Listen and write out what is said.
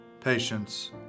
patience